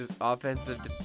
offensive